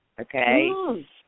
Okay